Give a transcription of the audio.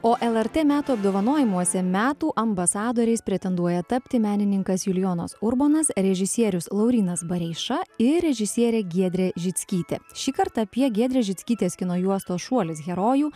o lrt metų apdovanojimuose metų ambasadoriais pretenduoja tapti menininkas julijonas urbonas režisierius laurynas bareiša ir režisierė giedrė žickytė šį kartą apie giedrė žickytės kino juostos šuolis herojų